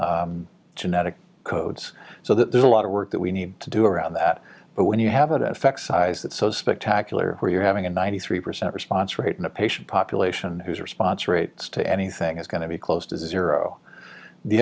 tuneable genetic codes so that there's a lot of work that we need to do around that but when you have it effect size that so spectacular where you're having a ninety three percent response rate in a patient population whose response rates to anything is going to be close to zero the